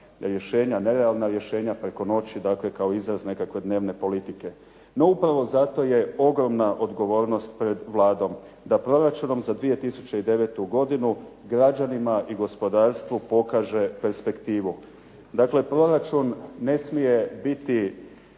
nerealna rješenja preko noći, dakle kao izraz neke dnevne politike. No upravo zato je ogromna odgovornost pred Vladom, da proračunom za 2009. godinu, građanima i gospodarstvu pokaže perspektivu. Dakle, proračun ne smije biti